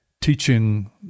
teaching